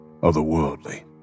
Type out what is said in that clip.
otherworldly